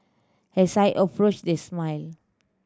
as I approached they smiled